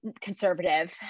conservative